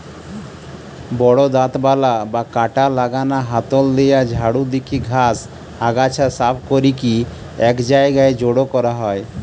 বড় দাঁতবালা বা কাঁটা লাগানা হাতল দিয়া ঝাড়ু দিকি ঘাস, আগাছা সাফ করিকি এক জায়গায় জড়ো করা হয়